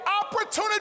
Opportunity